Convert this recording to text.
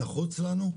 זה נחוץ לנו.